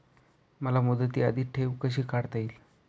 मला मुदती आधी ठेव कशी काढता येईल?